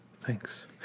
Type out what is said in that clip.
Thanks